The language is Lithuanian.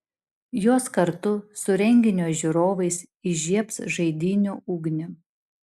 jos kartu su renginio žiūrovais įžiebs žaidynių ugnį